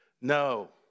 No